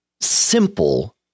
simple